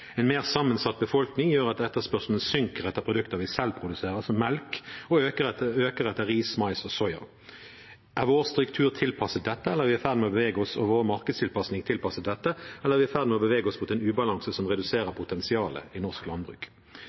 En mer sammensatt befolkning gjør at etterspørselen synker etter produkter vi selv produserer, som melk, og øker etter ris, mais og soya. Er vår struktur og vår markedstilpasning tilpasset dette, eller er vi i ferd med å bevege oss mot en ubalanse som reduserer potensialet i norsk landbruk?